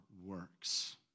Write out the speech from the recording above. works